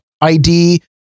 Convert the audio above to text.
ID